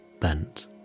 Bent